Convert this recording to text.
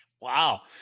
Wow